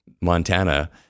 Montana